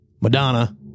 Madonna